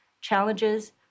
challenges